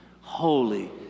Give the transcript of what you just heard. Holy